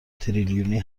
تریلیونی